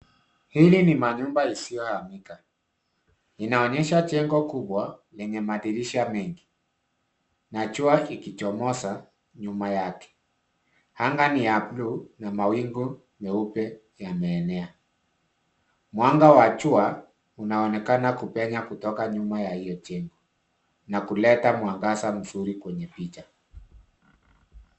Hili ni manyumba isiyohamika. Inaonyesha jengo kubwa lenye madirisha mengi na jua ikichomoza nyuma yake. Anga ni ya bluu na mawingu meupe yameenea. Mwanga wa jua unaonekana kupenya kutoka nyuma ya hio jengo na kuleta mwangaza mzuri kwenye picha.